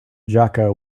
jaka